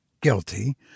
guilty